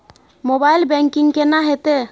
Mobile banking केना हेते?